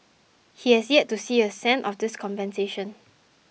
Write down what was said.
he has yet to see a cent of this compensation